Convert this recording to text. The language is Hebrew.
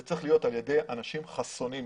זה צריך להיות על ידי אנשים חסונים יותר.